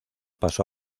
pasó